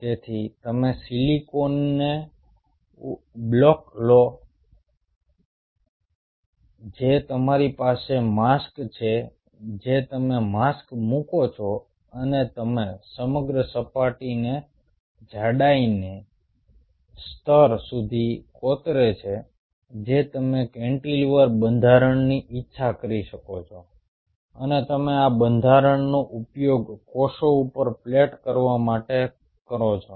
તેથી તમે સિલિકોનનો બ્લોક લો છો જે તમારી પાસે માસ્ક છે જે તમે માસ્ક મૂકો છો અને તમે સમગ્ર સપાટીને જાડાઈના સ્તર સુધી કોતરે છે જે તમે કેન્ટિલિવર બંધારણની ઈચ્છા કરી રહ્યા છો અને તમે આ બંધારણનો ઉપયોગ કોષો ઉપર પ્લેટ કરવા માટે કરો છો